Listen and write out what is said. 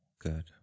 good